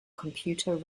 computer